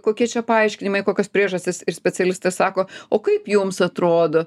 kokie čia paaiškinimai kokios priežastys ir specialistė sako o kaip jums atrodo